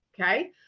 Okay